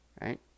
right